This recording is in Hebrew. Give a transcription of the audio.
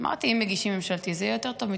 אמרתי, אם מגישים ממשלתית, זה יהיה יותר טוב.